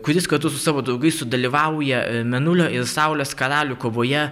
kur jis kartu su savo draugais sudalyvauja mėnulio ir saulės karalių kovoje